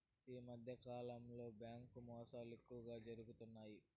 ఈ మధ్యకాలంలో బ్యాంకు మోసాలు ఎక్కువగా జరుగుతున్నాయి